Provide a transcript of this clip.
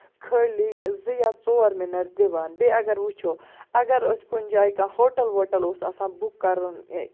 خٲلی زٕ یا ژور مِنٹ دِوان بیٚیہِ اَگر وُچھو اَگر أسۍ کُنہِ جایہِ کانٛہہ ہوٹل ووٹل اوس آسان بُک کَرُن